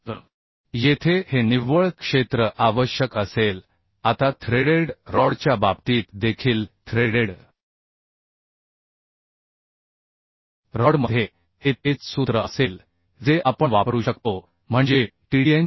तर येथे हे निव्वळ क्षेत्र आवश्यक असेल आता थ्रेडेड रॉडच्या बाबतीत देखील थ्रेडेड रॉडमध्ये हे तेच सूत्र असेल जे आपण वापरू शकतो म्हणजे TDN 0